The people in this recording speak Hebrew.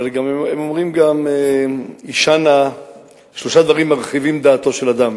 אבל הם אומרים גם: שלושה דברים מרחיבים דעתו של האדם,